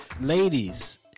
Ladies